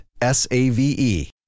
S-A-V-E